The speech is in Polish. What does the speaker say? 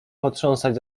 potrząsać